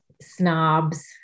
snobs